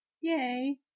yay